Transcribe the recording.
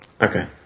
Okay